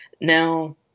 Now